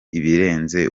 ibirenze